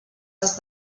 has